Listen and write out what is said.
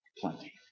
plenty